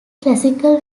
classical